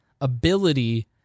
ability